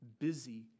Busy